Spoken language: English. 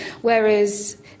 whereas